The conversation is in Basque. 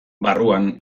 barruan